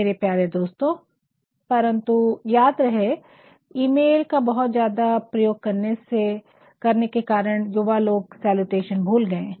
मेरे प्यारे दोस्तों परन्तु याद रहे ईमेल का बहुत ज्यादा प्रयोग करने के कारण युवा लोग सैलूटेशन भूल गए है